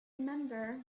member